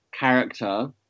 Character